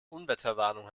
unwetterwarnung